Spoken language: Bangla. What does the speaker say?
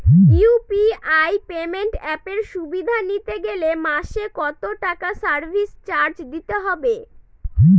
ইউ.পি.আই পেমেন্ট অ্যাপের সুবিধা নিতে গেলে মাসে কত টাকা সার্ভিস চার্জ দিতে হবে?